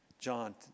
John